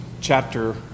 chapter